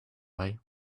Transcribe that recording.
way